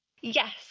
Yes